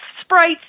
sprites